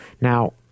Now